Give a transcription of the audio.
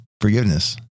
forgiveness